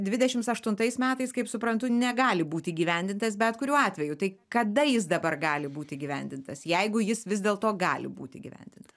dvidešims aštuntais metais kaip suprantu negali būt įgyvendintas bet kuriuo atveju tai kada jis dabar gali būt įgyvendintas jeigu jis vis dėlto gali būt įgyvendinta